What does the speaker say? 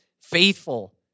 faithful